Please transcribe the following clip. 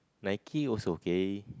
Nike was okay